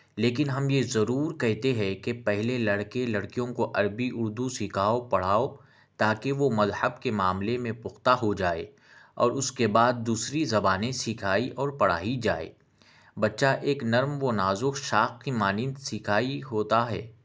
لیکن ہم یہ ضرور کہتے ہے کہ پہلے لڑکے لڑکیوں کو عربی اردو سکھاؤ پڑھاؤ تاکہ وہ مذہب کے معاملے میں پختہ ہو جائے اور اس کے بعد دوسری زبانیں سکھائی اور پڑھائی جائے بچہ ایک نرم و نازک شاخ کے مانند سکھائی ہوتا ہے